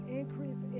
increase